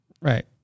Right